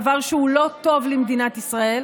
דבר שהוא לא טוב למדינת ישראל,